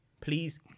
Please